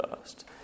first